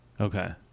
okay